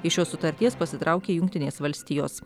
iš šios sutarties pasitraukė jungtinės valstijos